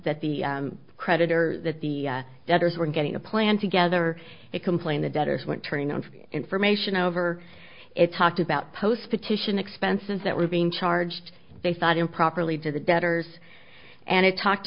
that the creditor that the debtors were getting a plan together to complain the debtors went turning on information over it talked about post petition expenses that were being charged they thought improperly to the debtors and it talked